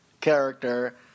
character